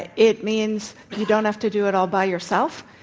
it it means you don't have to do it all by yourself.